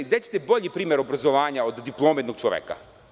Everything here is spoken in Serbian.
Gde ćete bolji primer obrazovanja od diplome jednog čoveka?